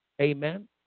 Amen